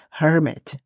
hermit